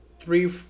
three